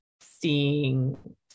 seeing